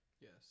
yes